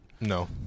No